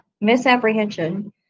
misapprehension